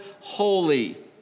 holy